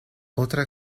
otra